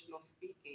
speaking